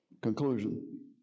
Conclusion